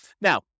Now